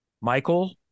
Michael